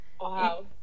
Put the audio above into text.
Wow